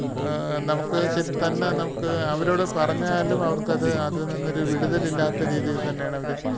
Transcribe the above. നമുക്ക് ശരി തന്നെ നമുക്ക് അവരോട് പറഞ്ഞാലും അവർക്കത് അതിൽ നിന്നൊരു വിടുതലില്ലാത്ത രീതിയിൽ തന്നെയാണവർ